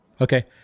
Okay